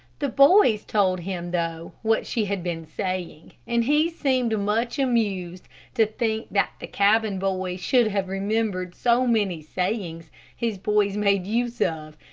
the boys told him though what she had been saying, and he seemed much amused to think that the cabin boy should have remembered so many sayings his boys made use of,